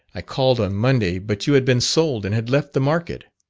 i called on monday, but you had been sold and had left the market.